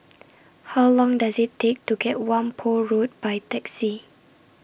How Long Does IT Take to get Whampoa Road By Taxi